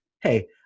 Hey